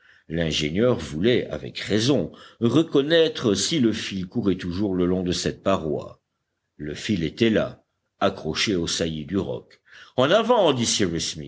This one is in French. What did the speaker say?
l'ingénieur voulait avec raison reconnaître si le fil courait toujours le long de cette paroi le fil était là accroché aux saillies du roc en avant